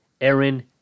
Aaron